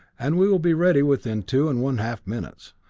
and we will be ready within two and one half minutes.